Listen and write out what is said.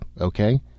Okay